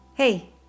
Hey